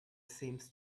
seems